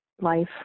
life